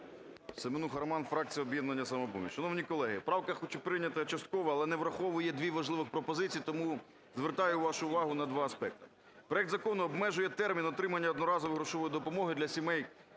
Семенуха Роман, фракція "Об'єднання "Самопоміч". Шановні колеги, правка хоч і прийнята частково, але не враховує дві важливих пропозиції, тому звертаю вашу увагу на два аспекти. Проект закону обмежує термін отримання одноразової грошової допомоги для сімей